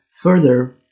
further